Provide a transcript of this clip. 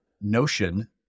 notion